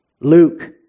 Luke